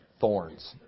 Thorns